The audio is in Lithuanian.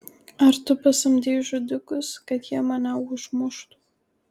ar tu pasamdei žudikus kad jie mane užmuštų